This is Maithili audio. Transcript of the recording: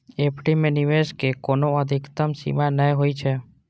एफ.डी मे निवेश के कोनो अधिकतम सीमा नै होइ छै